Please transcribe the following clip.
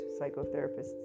psychotherapists